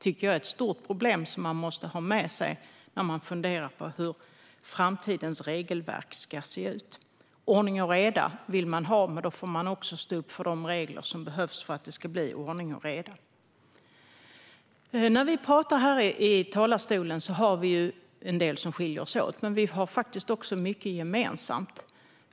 Det är ett stort problem som man måste ha med sig när man funderar på hur framtidens regelverk ska se ut. Om man vill ha ordning och reda får man också stå upp för de regler som behövs för att det ska bli ordning och reda. När vi talar här i kammaren är det en del som skiljer oss åt, men vi har faktiskt också mycket gemensamt.